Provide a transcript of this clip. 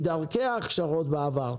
מדרכי ההכשרות בעבר,